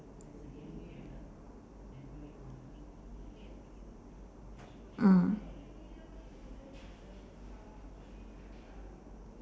mm